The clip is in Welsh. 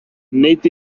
nid